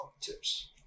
tips